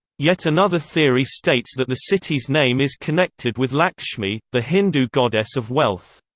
yet another theory states that the city's name is connected with lakshmi, the hindu goddess of wealth.